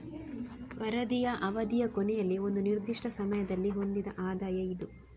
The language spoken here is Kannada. ವರದಿಯ ಅವಧಿಯ ಕೊನೆಯಲ್ಲಿ ಒಂದು ನಿರ್ದಿಷ್ಟ ಸಮಯದಲ್ಲಿ ಹೊಂದಿದ ಆದಾಯ ಇದು